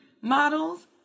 models